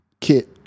kit